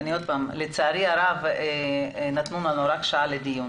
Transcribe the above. לצערי הרב, נתנו לנו רק שעה לדיון.